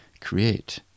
Create